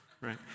right